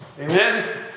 Amen